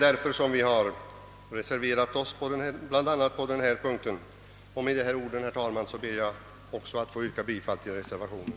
Därför har vi reserverat oss bl.a. på denna punkt. Med dessa ord, herr talman, ber också jag att få yrka bifall till reservationen.